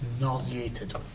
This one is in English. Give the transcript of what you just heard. Nauseated